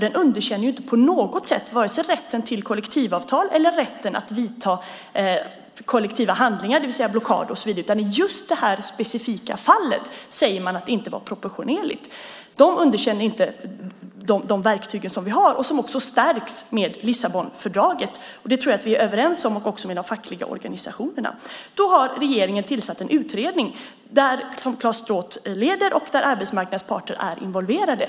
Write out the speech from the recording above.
Där underkänns inte på något sätt vare sig rätten till kollektivavtal eller rätten att vidta kollektiva handlingar - blockad och så vidare. I just det här specifika fallet säger man att det inte var proportionerligt. Man underkänner inte de verktyg som vi har och som stärks med Lissabonfördraget. Det tror jag att vi är överens om, också med de fackliga organisationerna. Regeringen har tillsatt en utredning som Claes Stråth leder och där arbetsmarknadens parter är involverade.